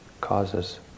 causes